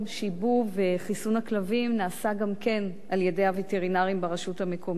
שיבוב וחיסון הכלבים נעשים גם כן על-ידי הווטרינרים ברשות המקומית,